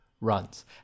runs